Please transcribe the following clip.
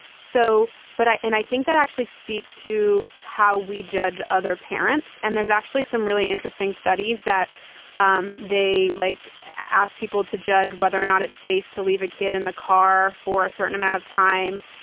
so but and i think that actually speaks to how we judge other parents. and there's actually some really interesting studies that um they like asked people to judge whether or not it's safe to leave a kid in the car for a certain amount of time.